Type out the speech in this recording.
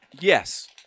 Yes